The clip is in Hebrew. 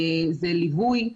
זה ליווי,